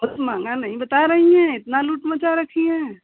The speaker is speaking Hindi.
बहुत महँगा नहीं बता रही हैं इतना लूट मचा रखी हैं